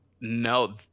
No